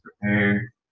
prepare